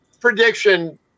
prediction